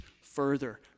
further